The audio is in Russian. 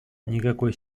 никакой